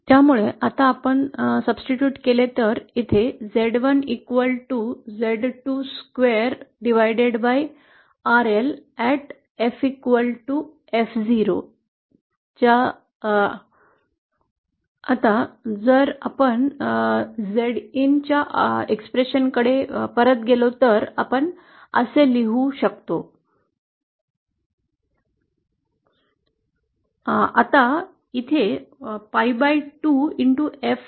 त्यामुळे आता आपण पर्याय केले तर येथे Z1 Z2 SQUARE RL किंवा एफ मधील इनपुट अडथळ्याचे मूल्य at ffo आहे आता जर आपण परत गेलो तर आपण झेड in च्या अभिव्यक्तीकडे परत गेलो तर आपण असे लिहू शकतो Z1 द्वारे संख्यात्मक आणि डिनॉमिनेटर चे विभाजन करून आपण आपले अभिव्यक्ती असे लिहू शकतो